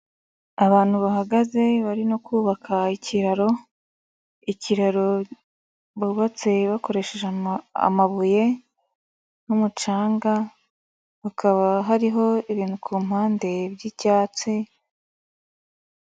Abantu bahagaze, bari no kubaka ikiraro, ikiraro bubatse bakoresheje amabuye n'umucanga hakaba hariho ibintu ku mpande by'icyatsi.